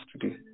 today